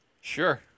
Sure